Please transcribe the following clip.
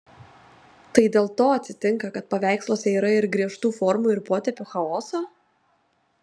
tai dėl to atsitinka kad paveiksluose yra ir griežtų formų ir potėpių chaoso